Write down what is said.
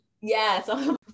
Yes